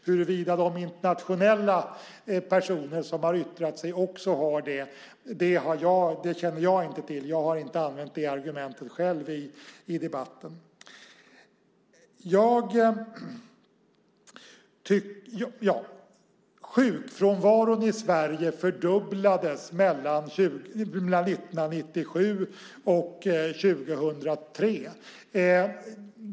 Huruvida de internationella personer som har yttrat sig också har det känner jag inte till. Jag har inte själv använt det argumentet i debatten. Sjukfrånvaron fördubblades i Sverige mellan 1997 och 2003.